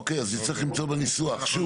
אוקיי, אז נצטרך למצוא דרך לנסח את זה.